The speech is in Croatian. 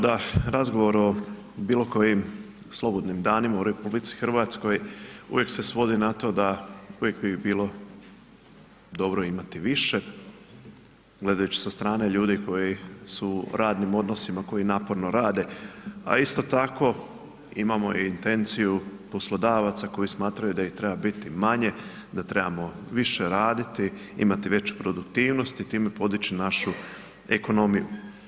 Naravno da razgovor o bilo kojim slobodnim danima u RH uvijek se svodi na to da uvijek bi ih bilo dobro imati više gledajući sa strane ljudi koji su u radnim odnosima, koji naporno rade, a isto tako imamo i intenciju poslodavaca koji smatraju da ih treba biti manje, da trebamo više raditi, imati veću produktivnost i time podići našu ekonomiju.